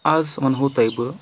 آز وَنہو تۄہہِ بہٕ